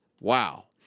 Wow